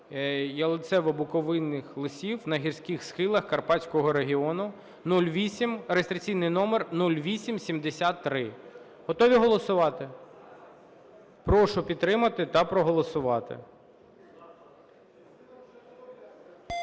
ялицево-букових лісів на гірських схилах Карпатського регіону (реєстраційний номер 0873). Готові голосувати? Прошу підтримати та голосувати.